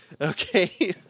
okay